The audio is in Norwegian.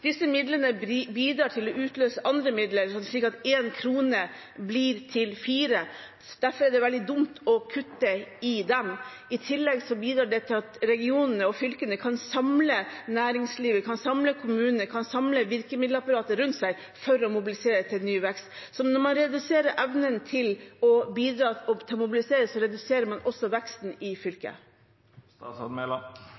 Disse midlene bidrar til å utløse andre midler, slik at én krone blir til fire. Derfor er det veldig dumt å kutte i dem. I tillegg bidrar det til at regionene og fylkene kan samle næringslivet, kan samle kommunene, kan samle virkemiddelapparatet rundt seg for å mobilisere til ny vekst. Så når man reduserer evnen til å mobilisere, reduserer man også veksten i fylkene. Jeg er uenig. Hvis man ser seg rundt, går det bra i